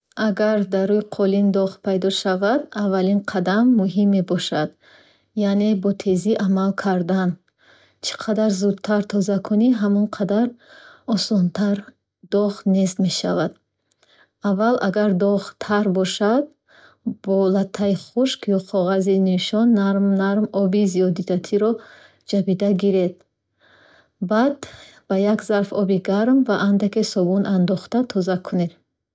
Агар дар рӯи қолин доғ пайдо шуд, аввалин қадами муҳим мебошад. Яъне бо тезӣ амал кардан аст. Чӣ қадар зудтар тоза кунӣ, ҳамон қадар доғ осонтар нест мешавад. Аввал, агар доғ тар бошад, бо латтаи хушк ё коғази нӯшон нарм нарм оби зиёдатиро ҷабида гиред. Баъд, ба як зарф оби гарм ва андаке собун андохта тоза кунед.